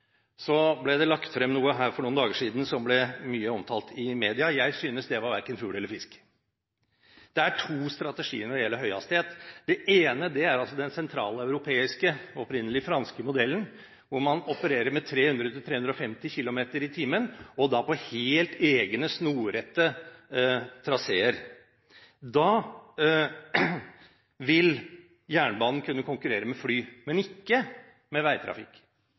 lagt frem noe her for noen dager siden som ble mye omtalt i media; jeg synes det var verken fugl eller fisk. Det er to strategier når det gjelder høyhastighet. Det ene er den sentraleuropeiske, opprinnelig franske modellen hvor man opererer med 300–350 km/t, og da på helt egne snorrette traseer. Da vil jernbanen kunne konkurrere med fly, men ikke med veitrafikk.